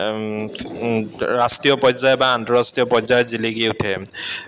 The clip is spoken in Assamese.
ৰাষ্ট্ৰীয় পৰ্যায় বা আন্তঃৰাষ্ট্ৰীয় পৰ্যায়ত জিলিকি উঠে